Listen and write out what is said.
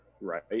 Right